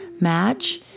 match